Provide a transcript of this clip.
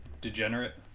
degenerate